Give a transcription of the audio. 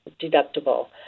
deductible